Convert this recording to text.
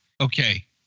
Okay